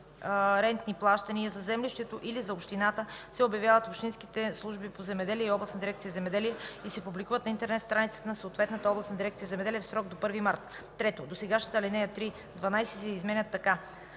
рентни плащания за землището или за общината се обявяват в общинските служби по земеделие и областните дирекции „Земеделие” и се публикуват на интернет страницата на съответната областна дирекция „Земеделие”, в срок до 1 март.” 3. Досегашните ал. 3 – 12 се изменят така: